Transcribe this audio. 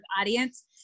audience